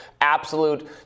absolute